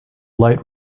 light